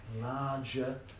larger